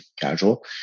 casual